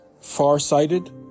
far-sighted